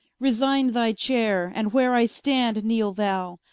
resigne thy chayre, and where i stand, kneele thou,